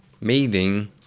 meeting